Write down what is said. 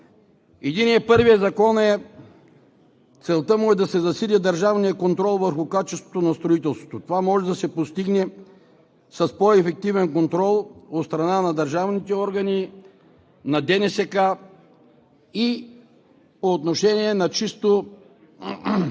Единият, първият закон е – целта му е да се засили държавният контрол върху качеството на строителството. Това може да се постигне с по-ефективен контрол от страна на държавните органи, на ДНСК и по отношение на чиито